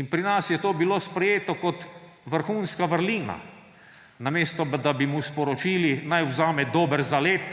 In pri nas je to bilo sprejeto kot vrhunska vrlina, namesto da bi mu sporočili, naj vzame dober zalet